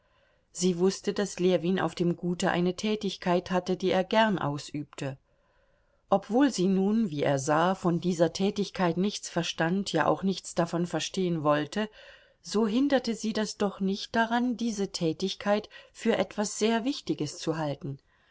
sie wußte daß ljewin auf dem gute eine tätigkeit hatte die er gern ausübte obwohl sie nun wie er sah von dieser tätigkeit nichts verstand ja auch nichts davon verstehen wollte so hinderte sie das doch nicht daran diese tätigkeit für etwas sehr wichtiges zu halten